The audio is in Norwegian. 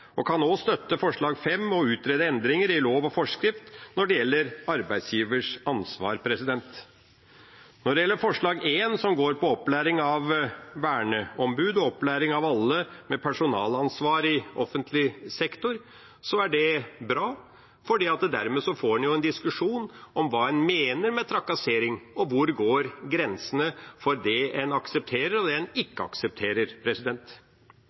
og kan også støtte forslag nr. 5, om å utrede endringer i lov og forskrift når det gjelder arbeidsgivers ansvar. Når det gjelder forslag nr. 1, som går på opplæring av verneombud og opplæring av alle med personalansvar i offentlig sektor, er det bra, for dermed får man en diskusjon om hva man mener med trakassering, og hvor grensene går for det man aksepterer og det man ikke aksepterer.